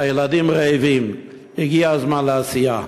הילדים רעבים, הגיע הזמן לעשייה.